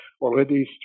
already